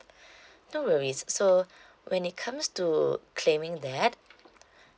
no worries so when it comes to claiming that